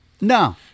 no